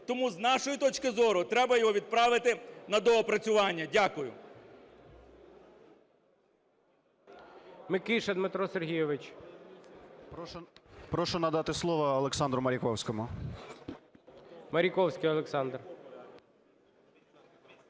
Тому з нашої точки зору треба його відправити на доопрацювання. Дякую.